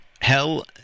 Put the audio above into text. hell